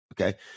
Okay